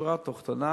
שבשורה התחתונה